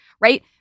right